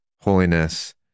holiness